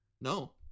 No